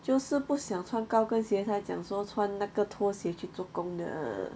就是不想穿高跟鞋才讲说穿那个拖鞋去做工的